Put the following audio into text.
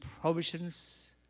provisions